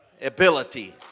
ability